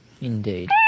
Indeed